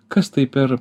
kas tai per